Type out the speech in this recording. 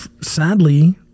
sadly